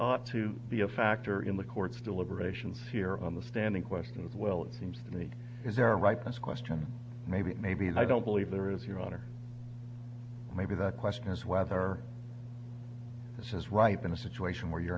ought to be a factor in the court's deliberations here on the standing questions well it seems to me is our right this question maybe maybe i don't believe there is your honor maybe the question is whether this is ripe in a situation where you're